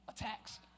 attacks